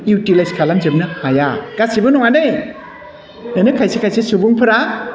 utilise खालामजोबनो हाया गासिबो नङादे बेनो खायसे खायसे सुबुंफ्रा